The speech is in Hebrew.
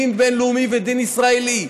דין בין-לאומי ודין ישראלי.